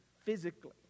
Physically